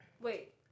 Wait